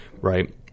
right